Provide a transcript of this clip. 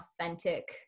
authentic